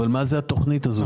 מה היא התוכנית הזאת?